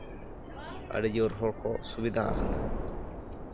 ᱟᱹᱰᱤᱡᱳᱨ ᱦᱚᱲ ᱠᱚ ᱥᱩᱵᱤᱫᱷᱟ ᱟᱠᱟᱱᱟ